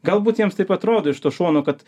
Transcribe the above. galbūt jiems taip atrodo iš to šono kad